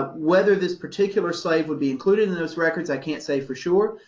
ah whether this particular slave would be included in those records, i can't say for sure,